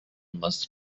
must